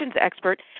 expert